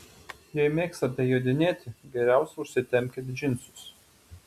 jei mėgstate jodinėti geriausia užsitempkit džinsus